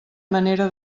manera